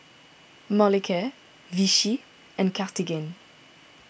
Molicare Vichy and Cartigain